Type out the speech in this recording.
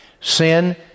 Sin